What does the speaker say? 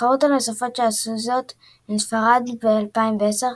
הנבחרות הנוספות שעשו זאת הן ספרד ב-2010,